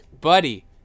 buddy